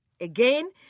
Again